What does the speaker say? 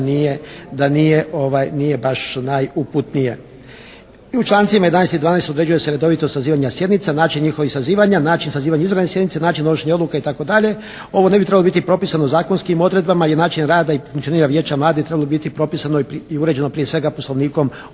da nije baš najuputnije. I u člancima 11. i 12. određuje se redovito sazivanje sjednica, način njihovih sazivanja, način sazivanja izvanredne sjednice, način donošenja odluka itd. Ovo ne bi trebalo biti propisano zakonskim odredbama jer način rada i funkcioniranja Vijeća mladih trebalo bi biti propisano i uređeno prije svega Poslovnikom